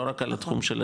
לא רק על תחום הדיור.